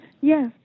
Yes